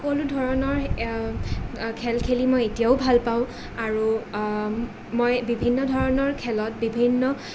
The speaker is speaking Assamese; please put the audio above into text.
সকলো ধৰণৰ খেল খেলি মই এতিয়াও ভাল পাওঁ আৰু মই বিভিন্ন ধৰণৰ খেলত বিভিন্ন